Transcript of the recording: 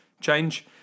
change